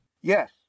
Yes